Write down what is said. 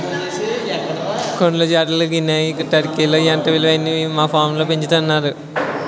కోళ్ల జాతుల్లో గినియా, టర్కీలే ఎంతో విలువైనవని మా ఫాంలో పెంచుతున్నాంరా